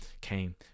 came